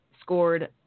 scored